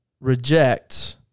reject